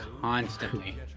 constantly